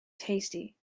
tasty